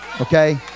Okay